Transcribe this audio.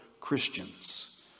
Christians